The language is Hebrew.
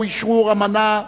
שהוא אשרור אמנה.